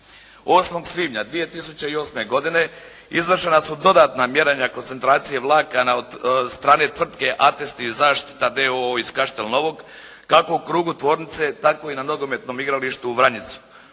8. svibnja 2008. godine izvršena su dodatna mjerenja koncentracije vlakana od strane tvrtke Atesti i zaštita d.o.o. iz Kaštel novog, kako u krugu tvornice, tako i na nogometnom igralištu u Vranjicu.